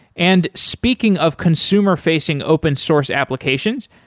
and speaking of consumer-facing open source applications,